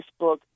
Facebook